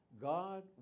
God